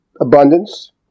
abundance